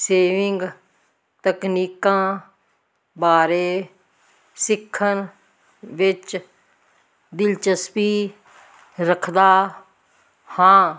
saving ਤਕਨੀਕਾਂ ਬਾਰੇ ਸਿੱਖਣ ਵਿੱਚ ਦਿਲਚਸਪੀ ਰੱਖਦਾ ਹਾਂ